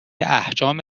احجام